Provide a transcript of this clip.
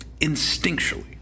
instinctually